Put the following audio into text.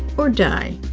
or die.